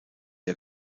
der